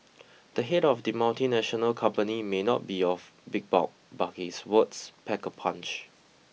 the head of the multinational company may not be of big bulk but his words pack a punch